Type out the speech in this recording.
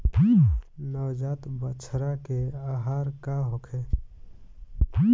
नवजात बछड़ा के आहार का होखे?